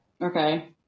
Okay